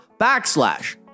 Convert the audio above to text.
backslash